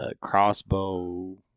crossbow